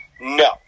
No